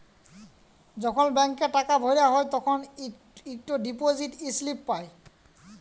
যখল ব্যাংকে টাকা ভরা হ্যায় তখল ইকট ডিপজিট ইস্লিপি পাঁই